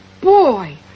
boy